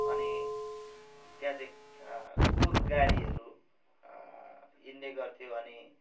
अनि त्यहाँ चाहिँ गोरु गाडीहरू हिँड्ने गर्थ्यो अनि